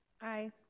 Aye